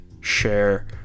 share